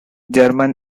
german